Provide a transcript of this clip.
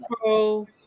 Pro